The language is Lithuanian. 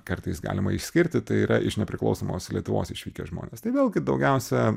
kartais galima išskirti tai yra iš nepriklausomos lietuvos išvykę žmonės tai vėlgi daugiausia